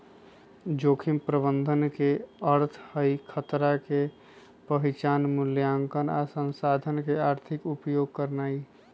जोखिम प्रबंधन के अर्थ हई खतरा के पहिचान, मुलायंकन आ संसाधन के आर्थिक उपयोग करनाइ